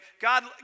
God